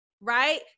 right